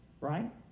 right